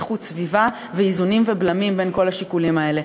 איכות הסביבה ואיזונים ובלמים בין כל השיקולים האלה.